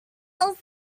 else